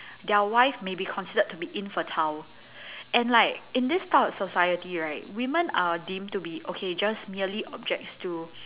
their wife may be considered to be infertile and like in this type of society right women are deemed to be okay just merely objects to